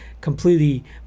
completely